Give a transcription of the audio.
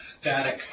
static